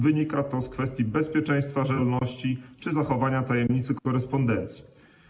Wynika to z kwestii bezpieczeństwa, rzetelności czy zachowania tajemnicy korespondencji.